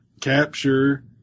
capture